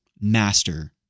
master